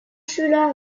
schüler